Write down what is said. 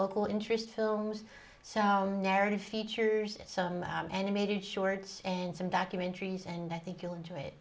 local interest films so narrative features some animated shorts and some documentaries and i think you'll enjoy